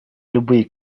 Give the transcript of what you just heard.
любые